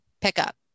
pickup